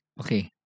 Okay